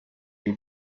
your